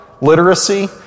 literacy